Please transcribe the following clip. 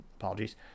Apologies